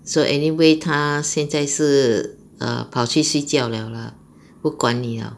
so anyway 她现在是 err 跑去睡觉了 lah 不管你了